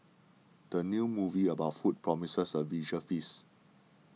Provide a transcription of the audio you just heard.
the new movie about food promises a visual feast